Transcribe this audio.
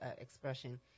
Expression